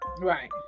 right